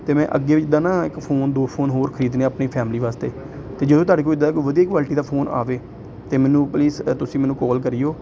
ਅਤੇ ਮੈਂ ਅੱਗੇ ਵੀ ਜਿੱਦਾਂ ਨਾ ਇੱਕ ਫੋਨ ਦੋ ਫੋਨ ਹੋਰ ਖਰੀਦਣੇ ਆਪਣੀ ਫੈਮਲੀ ਵਾਸਤੇ ਅਤੇ ਜਦੋਂ ਤੁਹਾਡੇ ਕੋਲ ਇੱਦਾਂ ਦਾ ਕੋਈ ਵਧੀਆ ਕੁਆਲਟੀ ਦਾ ਫੋਨ ਆਵੇ ਤਾਂ ਮੈਨੂੰ ਪਲੀਜ਼ ਤੁਸੀਂ ਮੈਨੂੰ ਕਾਲ ਕਰੀਓ